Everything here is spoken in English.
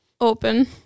Open